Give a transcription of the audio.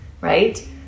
right